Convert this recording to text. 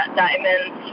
diamonds